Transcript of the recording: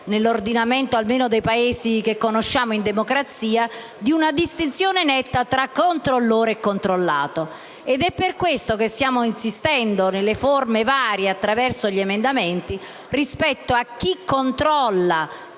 dell'ordinamento, almeno dei Paesi che conosciamo in democrazia - di una distinzione netta tra controllore e controllato. È per questo che stiamo insistendo nelle forme varie, attraverso gli emendamenti, rispetto a chi controlla